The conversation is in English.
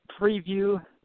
preview